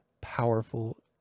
powerful